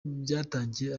byatangiye